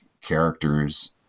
characters